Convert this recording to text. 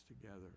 together